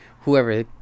whoever